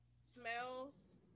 Smells